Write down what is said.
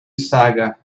saga